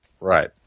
Right